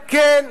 כן, כן.